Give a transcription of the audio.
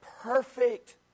perfect